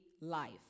life